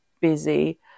busy